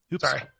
Sorry